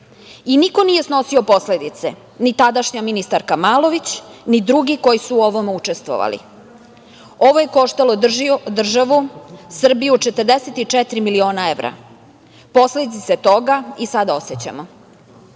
Niko nije snosio posledice, ni tadašnja ministarska Malović, ni drugi koji su u ovome učestvovali. Ovo je koštalo državu Srbiju 44 miliona evra. Posledice toga i sada osećamo. Možda